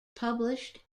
published